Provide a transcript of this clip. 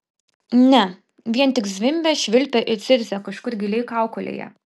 ne vien tik zvimbė švilpė ir zirzė kažkur giliai kaukolėje